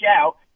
out